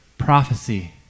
prophecy